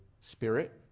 spirit